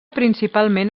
principalment